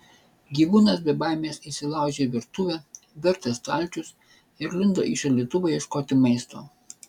gyvūnas be baimės įsilaužė į virtuvę vertė stalčius ir lindo į šaldytuvą ieškoti maisto